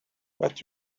but